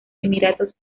emiratos